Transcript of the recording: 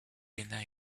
helena